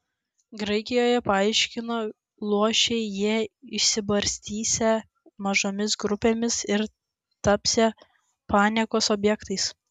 graikijoje paaiškino luošiai jie išsibarstysią mažomis grupėmis ir tapsią paniekos objektais